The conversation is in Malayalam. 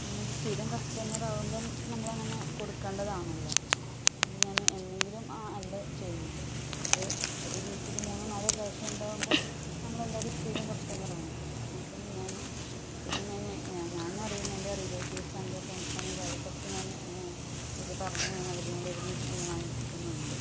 പിന്നെ ഇത് സ്ഥിരം കസ്റ്റമറാകുമ്പം നമ്മളങ്ങനെ കൊടുക്കേണ്ടതാണല്ലോ ഇന്നു ഞാൻ എന്നെങ്കിലും അല്ല ചെയ്യുന്നത് ഇത് ഒരു വീട്ടിൽ മൂന്നോ നാലോ പ്രാവശ്യം ഉണ്ടാകുമ്പം നമ്മളെന്തായാലും സ്ഥിരം കസ്റ്റമറാണ് അപ്പം ഞാൻ പിന്നെ ഞാൻ ഞാനറിയുന്ന എൻ്റെ റിലേറ്റീവ്സാണെങ്കിലും ഫ്രണ്ട്സാണെങ്കിലും അവർക്കൊക്കെ ഞാൻ ഇതു പറഞ്ഞ് അവരെക്കൊണ്ട് ഇവിടെ നിന്ന് വാങ്ങിപ്പിക്കുന്നുണ്ട്